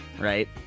right